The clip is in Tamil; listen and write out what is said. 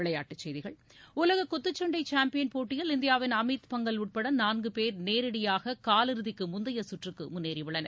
விளையாட்டுச் செய்திகள் உலக குத்துச்சண்டை சாம்பியன் போட்டியில் இந்தியாவின் அமித் பங்கல் உட்பட நான்கு பேர் நேரடியாக காலிறுதிக்கு முந்தைய சுற்றுக்கு முன்னேறியுள்ளனர்